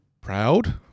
proud